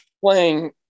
playing